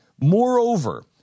Moreover